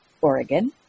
Oregon